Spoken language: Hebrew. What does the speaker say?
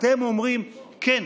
אתם אומרים: כן,